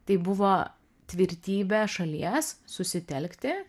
tai buvo tvirtybė šalies susitelkti